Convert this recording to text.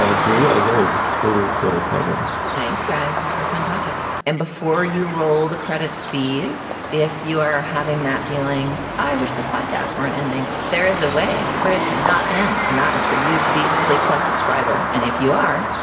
julia, as always, a total, total pleasure thanks, guys. these were fun topics. and before you roll the credits, steve, if you are having that feeling. i wish this podcasts weren't ending. there is a way for it to not end. and that is for you to be a slate plus subscriber. and if you are,